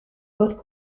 both